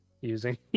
Using